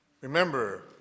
Remember